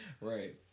Right